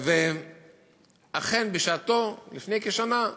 אכן, לפני כשנה,